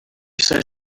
says